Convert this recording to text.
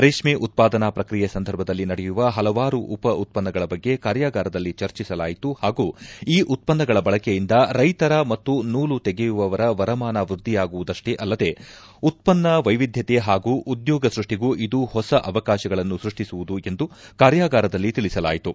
ರೇಷ್ಮ ಉತ್ಪಾದನಾ ಪ್ರಕ್ರಿಯೆ ಸಂದರ್ಭದಲ್ಲಿ ನಡೆಯುವ ಪಲವಾರು ಉಪ ಉತ್ಪನ್ನಗಳ ಬಗ್ಗೆ ಕಾರ್ಯಾಗಾರದಲ್ಲಿ ಚರ್ಚಿಸಲಾಯಿತು ಪಾಗೂ ಈ ಉತ್ತನ್ನಗಳ ಬಳಕೆಯಿಂದ ರೈತರ ಮತ್ತು ನೂಲು ತೆಗೆಯುವವರ ವರಮಾನ ವ್ಯಧಿಯಾಗುವುದಷ್ಟೇ ಅಲ್ಲದೆ ಉತ್ಪನ್ನ ವೈವಿಧ್ಯತೆ ಹಾಗೂ ಉದ್ಯೋಗ ಸೃಷ್ಟಿಗೂ ಇದು ಹೊಸ ಅವಕಾಶಗಳನ್ನು ಸ್ಕಷ್ಟಿಸುವುದು ಎಂದು ಕಾರ್ಯಾಗಾರದಲ್ಲಿ ತಿಳಿಸಲಾಯಿತು